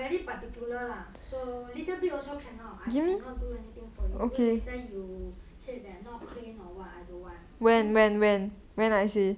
very particular lah so little bit also cannot I cannot do anything for you or later you said that are not clean or what I don't want do for you you will I it them err when I cannot remember